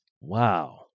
Wow